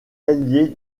allié